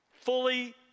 fully